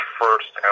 first